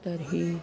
तर्हि